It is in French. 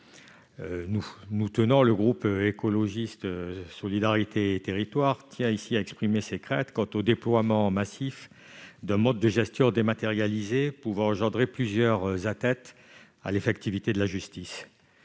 parties. Le groupe Écologiste - Solidarité et Territoires tient à exprimer ses craintes quant au déploiement massif d'un mode de gestion dématérialisé susceptible d'engendrer plusieurs atteintes à l'effectivité de la justice.